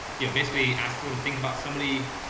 you know, basically ask people to think about somebody.